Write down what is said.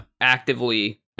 actively